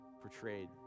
portrayed